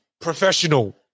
professional